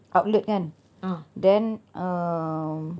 outlet kan then um